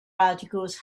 articles